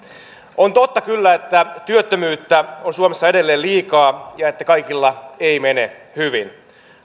on totta kyllä että työttömyyttä on suomessa edelleen liikaa ja että kaikilla ei mene hyvin